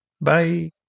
Bye